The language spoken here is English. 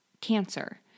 cancer